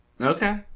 okay